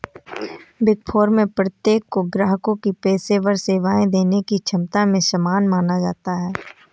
big four में प्रत्येक को ग्राहकों को पेशेवर सेवाएं देने की क्षमता में समान माना जाता है